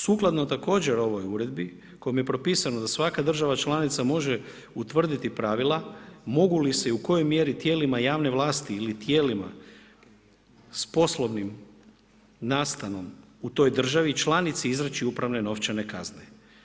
Sukladno također ovoj uredbi kojom je propisano da svaka država članica može utvrditi pravila, mogu li se i u kojoj mjeri tijelima javne vlasti ili tijelima s poslovnim nastanom u toj državi članici izriči upravne novčane kazne.